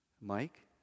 Mike